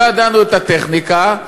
לא ידענו את הטכניקה,